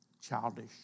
childish